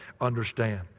understand